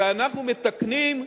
כשאנחנו מתקנים,